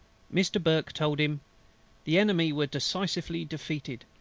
mr. burke told him the enemy were decisively defeated,